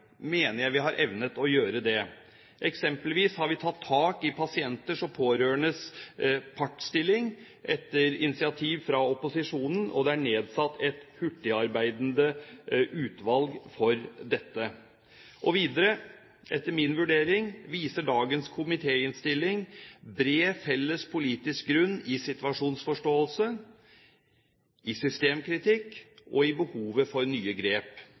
mener jeg vi har evnet å gjøre det. Eksempelvis har vi tatt tak i pasienters og pårørendes partsstilling etter initiativ fra opposisjonen, og det er nedsatt et hurtigarbeidende utvalg for dette. Og videre: Etter min vurdering viser dagens komitéinnstilling bred felles politisk grunn i situasjonsforståelse, i systemkritikk og i behovet for nye grep.